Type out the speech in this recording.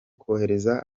kohereza